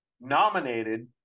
nominated